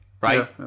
right